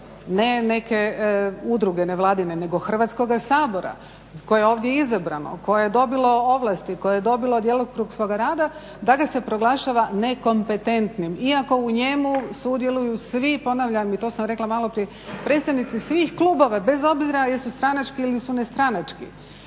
ne neke udruge nevladine nego Hrvatskoga sabora koje je ovdje izabrano, koje je dobilo ovlasti, koje je dobilo djelokrug svoga rada da ga se proglašava nekompetentnim. Iako u njemu sudjeluju svi ponavljam, i to sam rekla maloprije predstavnici svih klubova bez obzira jesu stranački ili nestranački.